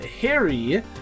Harry